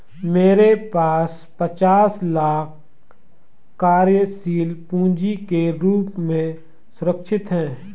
मेरे पास पचास लाख कार्यशील पूँजी के रूप में सुरक्षित हैं